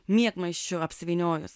miegmaišiu apsivyniojus